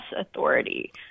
authority